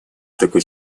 такой